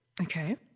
Okay